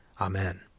Amen